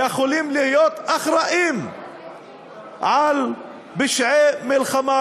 יכולים להיות אחראים לפשעי מלחמה,